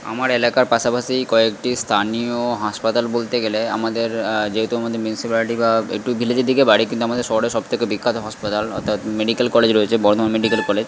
আমার এলাকার পাশাপাশি কয়েকটি স্থানীয় হাসপাতাল বলতে গেলে আমাদের যেহেতু আমাদের মিউনিসিপ্যালিটি বা একটু ভিলেজের দিকে বাড়ি কিন্তু আমাদের শহরের সব থেকে বিখ্যাত হাসপাতাল অর্থাৎ মেডিকেল কলেজ রয়েছে বর্ধমান মেডিকেল কলেজ